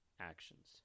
actions